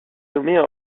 nommée